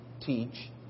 teach